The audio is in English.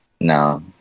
No